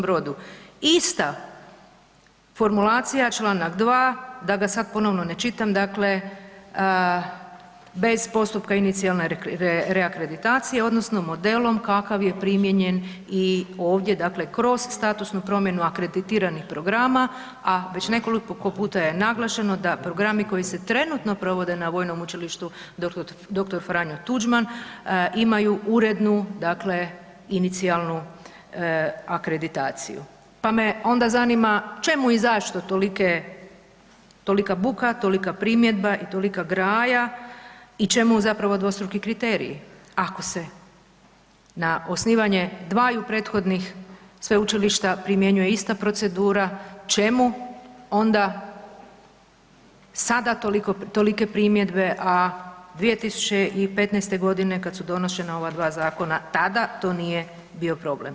Brodu, ista formulacija, čl. 2. da ga sad ponovno ne čitam, dakle bez postupka inicijalne reakreditacije odnosno modelom kakav je primijenjen i ovdje, dakle kroz statusnu promjenu akreditiranih programa a već nekoliko puta je naglašeno da programi koji se trenutno provode na Vojnom učilištu dr. F. Tuđman, imaju urednu inicijalnu akreditaciju pa me onda zanima čemu i zašto tolika buka, tolika primjedba i tolika graja i čemu zapravo dvostruki kriteriji ako se na osnivanje dvaju prethodnih sveučilišta primjenjuje ista procedura, čemu onda sada tolike primjedbe a 2015. g. kada su donošena ova dva zakona, tada to nije bio problem?